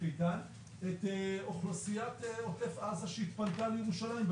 איתן את אוכלוסיית עוטף עזה שהתפנתה לירושלים.